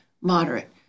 Moderate